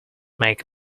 make